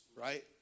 right